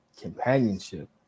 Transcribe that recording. companionship